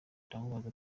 ndamubaza